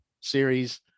series